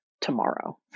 tomorrow